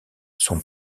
son